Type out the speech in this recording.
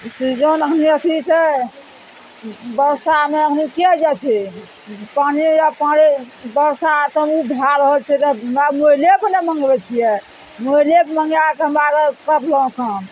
ई season हम्मे अथी छै बरसामे ओन्नी किएक जाइ छै पानि या पाँड़े बरसा कहूँ भए रहल छै तऽ बा मोबाइलेपर नहि मँगाबये छियै मोबाइलेसँ मँगाय कए हमरा सब करलहुँ काम